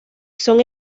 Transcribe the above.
son